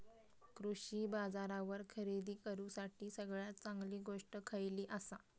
कृषी बाजारावर खरेदी करूसाठी सगळ्यात चांगली गोष्ट खैयली आसा?